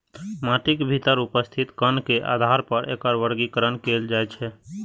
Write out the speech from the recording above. माटिक भीतर उपस्थित कण के आधार पर एकर वर्गीकरण कैल जाइ छै